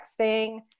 texting